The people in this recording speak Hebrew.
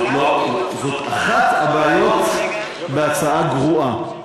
זאת אחת הבעיות בהצעה גרועה,